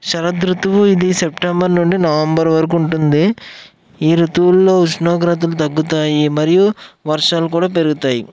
శరదృతువు ఇది సెప్టెంబర్ నుండి నవంబర్ వరకుంటుంది ఈ ఋతువుల్లో ఉష్ణోగ్రతలు తగ్గుతాయి మరియు వర్షాలు కూడా పెరుగుతాయి